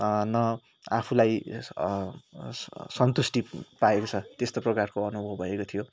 न आफूलाई सन्तुष्टि पाएको छ त्यस्तो प्रकारको अनुभव भएको थियो